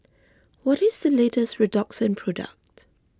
what is the latest Redoxon product